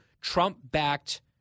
Trump-backed